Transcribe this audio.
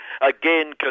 Again